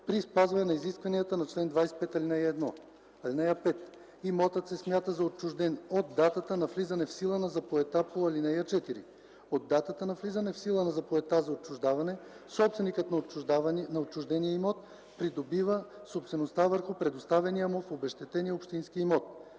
при спазване на изискванията на чл. 25, ал. 1. (5) Имотът се смята за отчужден от датата на влизане в сила на заповедта по ал. 4. От датата на влизане в сила на заповедта за отчуждаване собственикът на отчуждения имот придобива собствеността върху предоставения му в обезщетение общински имот.